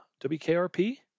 WKRP